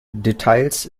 details